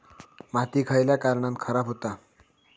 माती खयल्या कारणान खराब हुता?